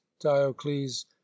Diocles